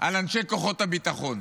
על אנשי כוחות הביטחון,